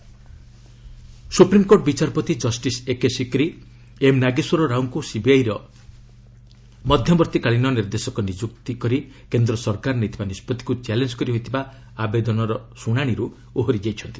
SC CBI supreme court ବିଚାରପତି justice AK Sikri' M Nageswara ରାଓଙ୍କୁ ସିବିଆଇର ମଧ୍ୟବର୍ତ୍ତୀକାଳୀନ ନିର୍ଦ୍ଦେଶକ ନିଯୁକ୍ତି କରି କେନ୍ଦ୍ର ସରକାର ନେଇଥିବା ନିଷ୍ପଭିକ୍ତ ଚ୍ୟାଲେଞ୍ଜ କରି ହୋଇଥିବା ଆବେଦନର ଶୁଣାଣିରୁ ଓହରି ଯାଇଛନ୍ତି